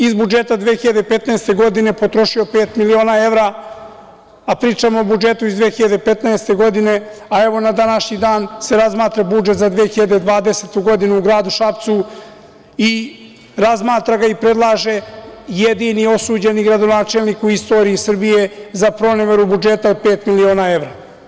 Iz budžeta 2015. godine potrošio je pet miliona evra, a pričamo o budžetu iz 2015. godine, a evo, na današnji dan se razmatra budžet za 2020. godinu u gradu Šapcu i razmatra ga i predlaže jedini osuđeni gradonačelnik u istoriji Srbije za proneveru budžeta od pet miliona evra.